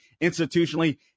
institutionally